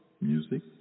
music